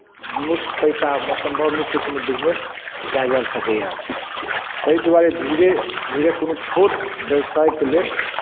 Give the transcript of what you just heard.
मुश्त पैसामे सम्भव नहि छै कोनो बिजनेस कयल जा सकैत अछि ताहि दुआरे धीरे धीरे कोनो छोट व्यवसायके लेल